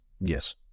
yes